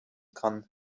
kann